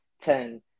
ten